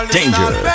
danger